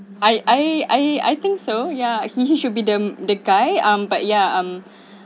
I I I I think so ya he should be the the guy um but ya um